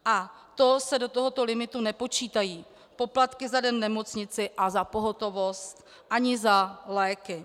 A to se do tohoto limitu nepočítají poplatky za den v nemocnici a za pohotovost ani za léky.